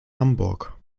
hamburg